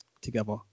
together